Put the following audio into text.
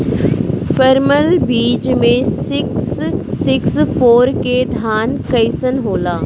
परमल बीज मे सिक्स सिक्स फोर के धान कईसन होला?